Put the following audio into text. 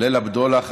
ליל הבדולח,